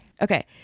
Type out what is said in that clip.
okay